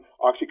OxyContin